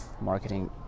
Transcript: marketing